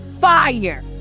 fire